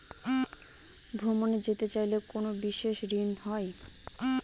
ভ্রমণে যেতে চাইলে কোনো বিশেষ ঋণ হয়?